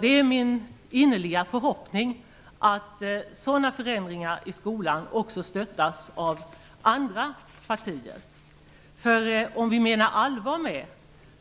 Det är min innerliga förhoppning att sådana förändringar i skolan också stöttas av andra partier. Om vi menar allvar med